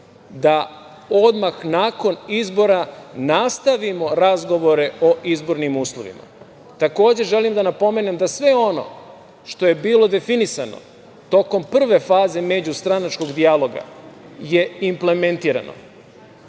da odmah nakon izbora nastavimo razgovore o izbornim uslovima. Takođe, želim da napomenem da sve ono što je bilo definisano tokom prve faze međustranačkog dijaloga je implementirano,